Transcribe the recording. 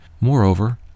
Moreover